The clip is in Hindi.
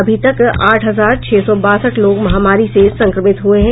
अभी तक आठ हजार छह सौ बासठ लोग महामारी से संक्रमित हुए हैं